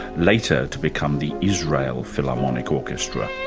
later to become the israel philharmonic orchestra.